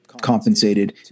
compensated